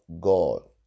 God